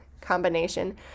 combination